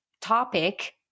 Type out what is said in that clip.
topic